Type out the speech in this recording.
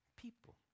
People